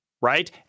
right